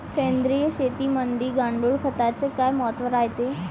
सेंद्रिय शेतीमंदी गांडूळखताले काय महत्त्व रायते?